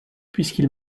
puisqu’il